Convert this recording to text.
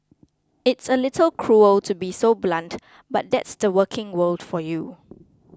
it's a little cruel to be so blunt but that's the working world for you